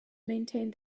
maintained